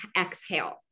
exhale